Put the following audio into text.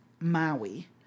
Maui